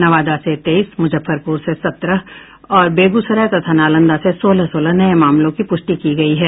नवादा से तेईस मुजफ्फरपुर से सत्रह और बेगूसराय तथा नालंदा से सोलह सोलह नये मामलों की पुष्टि की गयी है